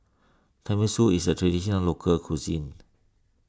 Tenmusu is a Traditional Local Cuisine